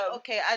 okay